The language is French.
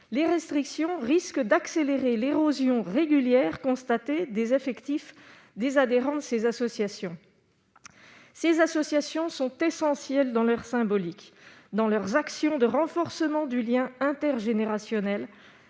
les restrictions risquent d'accélérer l'érosion régulière constatée des effectifs des adhérents, ces associations, ces associations sont essentiels dans leur symbolique dans leurs actions de renforcement du lien intergénérationnel,